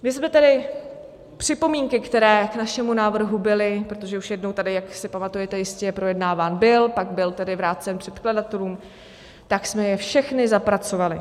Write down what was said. My jsme tady připomínky, které k našemu návrhu byly, protože už jednou, jak si jistě pamatujete, projednáván byl, pak byl tedy vrácen předkladatelům, tak jsme je všechny zapracovali.